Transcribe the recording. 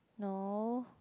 no